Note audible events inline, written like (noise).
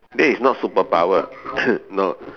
that is not superpower (coughs) no